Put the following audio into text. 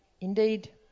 Indeed